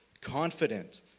confident